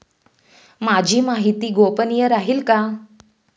माझी माहिती गोपनीय राहील का?